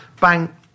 Bang